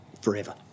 forever